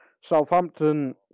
Southampton